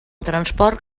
transport